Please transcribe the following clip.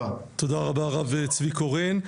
תודה רבה הרב צבי קורן,